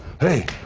hey!